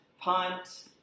punt